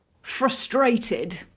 frustrated